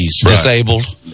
disabled